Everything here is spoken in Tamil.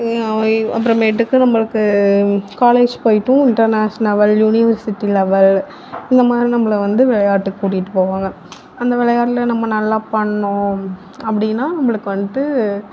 அப்புறமேட்டுக்கு நம்மளுக்கு காலேஜ் போயிட்டும் இன்டெர்நேஷனல் லெவல் யூனிவர்சிட்டி லெவல் இந்த மாதிரி நம்மள வந்து விளையாட்டுக்கு கூட்டிட்டு போவாங்க அந்த விளையாட்டில் நம்ம நல்லா பண்ணிணோம் அப்படினா நம்மளுக்கு வந்துட்டு